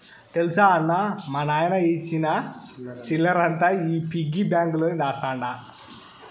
తెల్సా అన్నా, మా నాయన ఇచ్చిన సిల్లరంతా ఈ పిగ్గి బాంక్ లోనే దాస్తండ